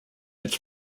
its